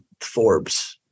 Forbes